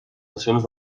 nacions